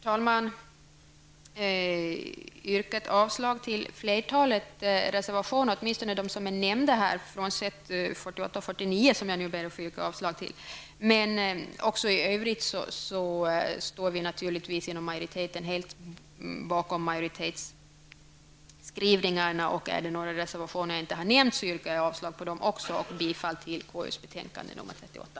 Jag har yrkat avslag på flertalet av reservationerna, åtminstone de reservationer som nämnts, utom reservationerna 48 och 49, vilka jag nu ber att få yrka avslag på. Utskottsmajoriteten står naturligtvis bakom sin skrivning i betänkandet. Och om det är några reservationer som jag har glömt att yrka avslag på gör jag det nu och yrkar bifall till hemställan i konstitutionsutskottets betänkande 38.